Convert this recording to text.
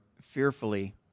fearfully